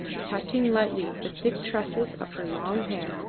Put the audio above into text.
touching lightly the thick tresses of her long hair,